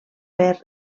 per